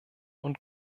und